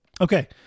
Okay